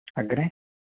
अग्रे